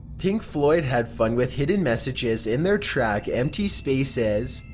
pink floyd had fun with hidden messages in their track, empty spaces.